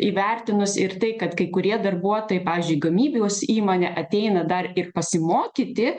įvertinus ir tai kad kai kurie darbuotojai pavyzdžiui gamybijos įmonė ateina dar ir pasimokyti